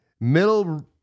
Middle